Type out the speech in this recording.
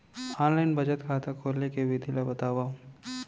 Online बचत खाता खोले के विधि ला बतावव?